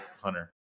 Hunter